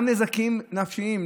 גם נזקים נפשיים.